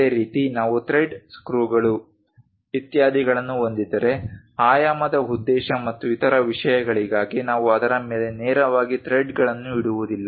ಅದೇ ರೀತಿ ನಾವು ಥ್ರೆಡ್ ಸ್ಕ್ರೂಗಳು ಇತ್ಯಾದಿಗಳನ್ನು ಹೊಂದಿದ್ದರೆ ಆಯಾಮದ ಉದ್ದೇಶ ಮತ್ತು ಇತರ ವಿಷಯಗಳಿಗಾಗಿ ನಾವು ಅದರ ಮೇಲೆ ನೇರವಾಗಿ ಥ್ರೆಡ್ಗಳನ್ನು ಇಡುವುದಿಲ್ಲ